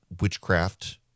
witchcraft